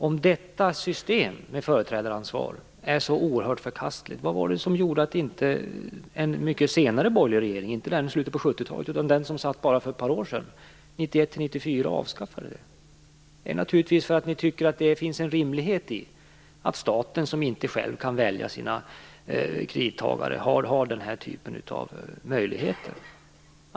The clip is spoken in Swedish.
Om detta system med företrädaransvar är så oerhört förkastligt, vad var det som gjorde att en mycket senare borgerlig regering - inte den i slutet på 70-talet, utan den som satt bara för ett par år sedan, 1991-1994 - inte avskaffade det? Det beror naturligtvis på att ni tycker att det finns en rimlighet i att staten, som inte själv kan välja sina kredittagare, har den här typen av möjligheter.